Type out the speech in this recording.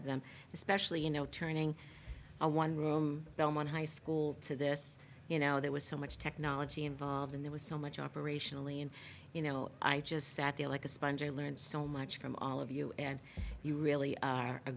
of them especially you know turning a one room belmont high school to this you know there was so much technology involved in there was so much operationally and you know i just sat there like a sponge i learned so much from all of you and you really are a